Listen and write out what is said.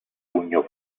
pugno